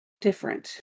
different